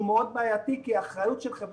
אני חושב שזה מאוד בעייתי כי האחריות של חברת